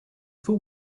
for